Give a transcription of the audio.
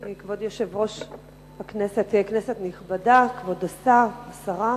כבוד יושב-ראש הכנסת, כנסת נכבדה, כבוד השר, השרה,